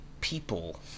People